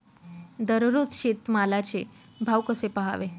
दररोज शेतमालाचे भाव कसे पहावे?